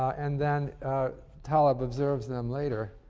and then taleb observes them later,